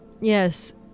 Yes